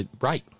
Right